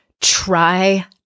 try